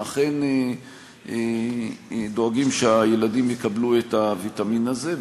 אכן דואגים שהילדים יקבלו את הוויטמין הזה,